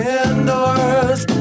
indoors